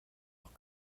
auch